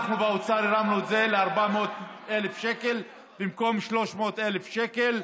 אנחנו באוצר הרמנו את זה ל-400,000 שקל במקום 300,000 שקל.